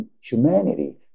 Humanity